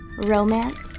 romance